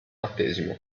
battesimo